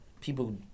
people